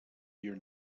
your